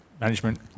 management